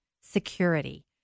security